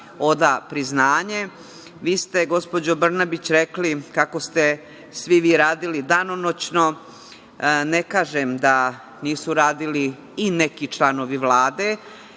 oda priznanje. Vi ste, gospođo Brnabić, rekli kako ste svi vi radili danonoćno. Ne kažem da nisu radili i neki članovi Vlade